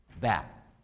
back